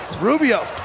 Rubio